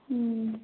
हुँ